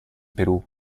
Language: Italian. perù